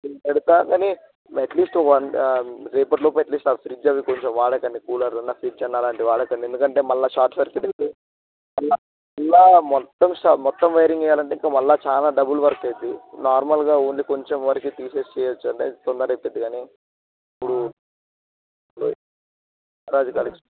పెడతా కానీ at least one రేపటి లోపు అట్లీస్ట్ ఆ ఫ్రిడ్జ్ అవి కొంచెం వాడకండి కూలర్ అన్నా ఫ్రిడ్జి అన్నా అలాంటివి వాడకండి ఎందుకంటే మళ్ళీ షార్ట్ సర్కట్ మళ్ళీ మొత్తం ష మొత్తం వైరింగ్ వేయ్యాలంటే ఇంకా మళ్ళీ చాలా డబుల్ వర్క్ అవుతుంది నార్మల్గా ఓన్లీ కొంచెం వరక తీసేసి చేయ్యవచ్చు అండి తొందరగా అయిపోద్ధి కానీ ఇప్పుడు రాజు కా